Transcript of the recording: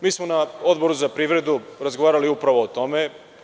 Mi smo na Odboru za privredu razgovarali upravo o tome.